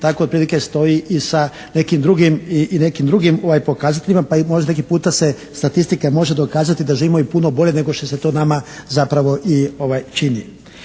tako otprilike stoji i sa nekim drugim pokazateljima pa i možda neki puta se statistika može dokazati da živimo i puno bolje nego što se to nama zapravo i čini.